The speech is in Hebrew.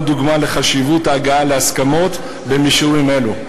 דוגמה לחשיבות ההגעה להסכמות במישורים אלו.